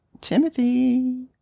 Timothy